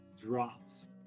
drops